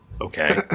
Okay